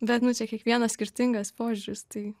bet nu kiekvieno čia skirtingas požiūris tai